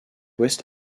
ouest